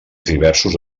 diversos